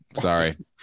Sorry